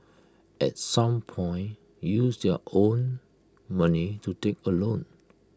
at some point use their own money to take A loan